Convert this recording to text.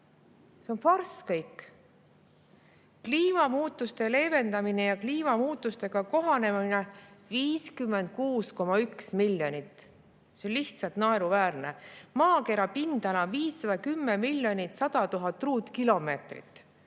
kõik on farss! Kliimamuutuste leevendamine ja kliimamuutustega kohanemine: 56,1 miljonit. See on lihtsalt naeruväärne! Maakera pindala on 510 100 000 ruutkilomeetrit.